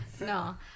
no